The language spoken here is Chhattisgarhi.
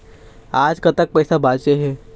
आज कतक पैसा बांचे हे?